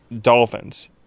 Dolphins